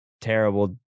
terrible